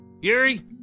Yuri